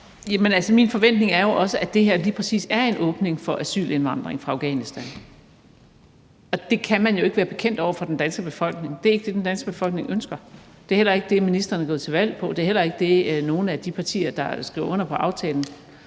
min forventning er jo også, at det her lige præcis er en åbning for asylindvandring fra Afghanistan, og det kan man jo ikke være bekendt over for den danske befolkning. Det er ikke det, den danske befolkning ønsker; det er heller ikke det, ministeren er gået til valg på; det er heller ikke det, nogen af de partier, der skriver under på aftalen,